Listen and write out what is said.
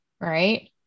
Right